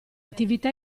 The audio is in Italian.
attività